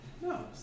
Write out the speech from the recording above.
No